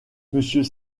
monsieur